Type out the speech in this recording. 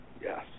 Yes